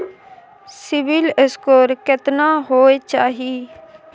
CIBIL score केतना होय चाही?